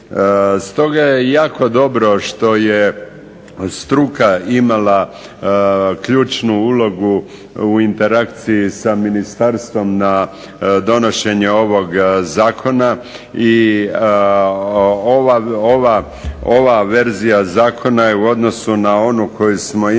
Stoga je jako dobro što je struka imala ključnu ulogu u interakciji sa ministarstvom na donošenje ovog zakona. I ova verzija zakona je u odnosu na onu koju smo imali